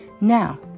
Now